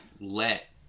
let